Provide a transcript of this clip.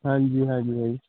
ਹਾਂਜੀ ਹਾਂਜੀ ਭਾਜੀ